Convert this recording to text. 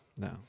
No